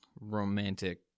romantic